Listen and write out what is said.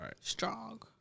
Strong